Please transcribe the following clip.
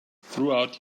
throughout